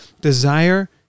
desire